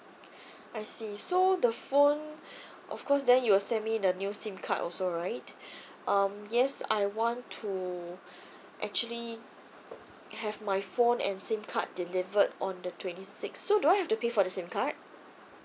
I see so the phone of course then you will send me the new SIM card also right um yes I want to actually have my phone and SIM card delivered on the twenty six so do I have to pay for the SIM card